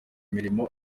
imirimo